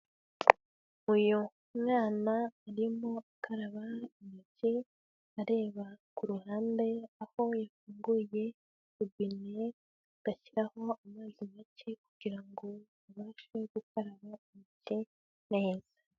Uyu mwana arimo akaraba intoki areba ku ruhande aho yafunguye robine agashyiraho amazi make kugira ngo abashe gukaraba intoke neza.